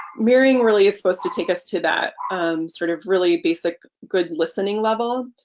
mirroring really is supposed to take us to that sort of really basic good listening level.